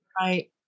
Right